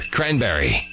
Cranberry